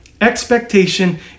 expectation